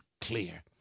clear